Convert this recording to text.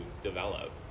develop